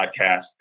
podcast